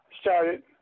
started